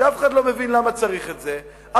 אף אחד לא מבין למה צריך את זה,